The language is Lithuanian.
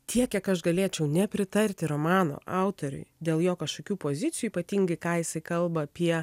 tiek kiek aš galėčiau nepritarti romano autoriui dėl jo kažkokių pozicijų ypatingai ką isai kalba apie